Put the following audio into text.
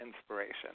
inspiration